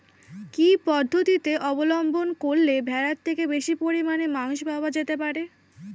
কি পদ্ধতিতে অবলম্বন করলে ভেড়ার থেকে বেশি পরিমাণে মাংস পাওয়া যেতে পারে?